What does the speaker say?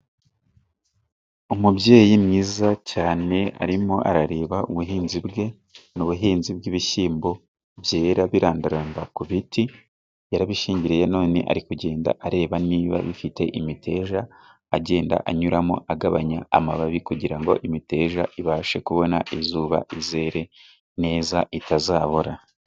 Umubyeyi mwiza cyane，arimo arareba ubuhinzi bwe， ni ubuhinzi bw'ibishyimbo byera birandaranda ku biti，yarabishinyingiriye none ari kugenda areba niba bifite imiteja，agenda anyuramo agabanya amababi，kugira ngo imiteja ibashe kubona izuba izere neza itazabora.